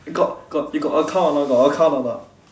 got got you got account or not you got account or not